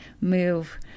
move